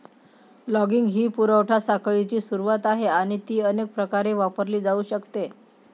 logging ही पुरवठा साखळीची सुरुवात आहे आणि ती अनेक प्रकारे वापरली जाऊ शकते